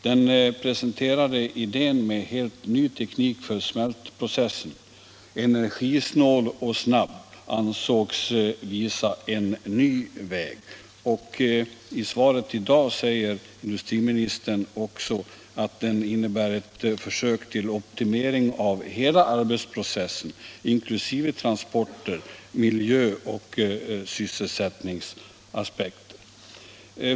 Den presenterade idén med en helt ny teknik för smältprocessen — energisnål och snabb — ansågs visa en ny väg. I svaret i dag säger industriministern att den innebär ”ett försök till optimering av hela arbetsprocessen, inkl. transporter, miljö och sysselsättningsaspekter”.